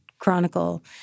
chronicle